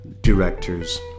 directors